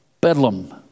Bedlam